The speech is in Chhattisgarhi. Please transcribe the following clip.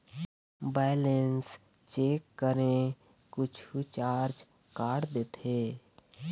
बैलेंस चेक करें कुछू चार्ज काट देथे?